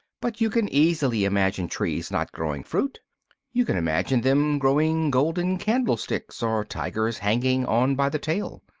but you can easily imagine trees not growing fruit you can imagine them growing golden candlesticks or tigers hanging on by the tail.